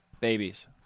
babies